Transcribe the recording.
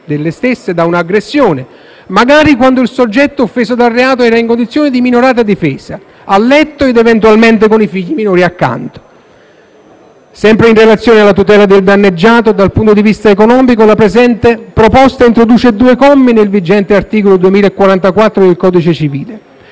delle stesse, da un'aggressione, magari quando il soggetto offeso dal reato era in condizione di minorata difesa, a letto ed eventualmente con i figli minori accanto. Sempre in relazione alla tutela del danneggiato dal punto di vista economico, la presente proposta introduce due commi nel vigente articolo 2044 del codice civile,